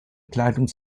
kleidung